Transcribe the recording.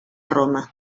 roma